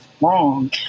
wrong